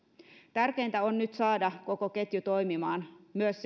tärkeintä on nyt saada koko ketju toimimaan myös